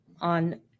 on